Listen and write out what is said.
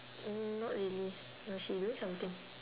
mm not really no she doing something